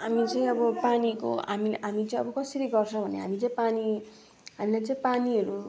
हामी चाहिँ अब पानीको हामी हामी चाहिँ अब कसरी गर्छ भने हामी चाहिँ पानी हामीलाई चाहिँ पानीहरू